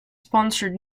sponsored